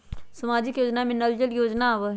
सामाजिक योजना में नल जल योजना आवहई?